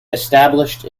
established